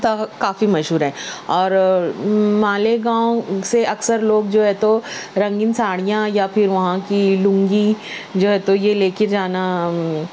کافی مشہور ہیں اور مالیگاؤں سے اکثر لوگ جو ہے تو رنگین ساڑیاں یا پھر وہاں کی لنگی جو ہے تو یہ لے کے جانا